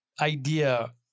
idea